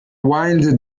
wild